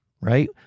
right